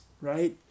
right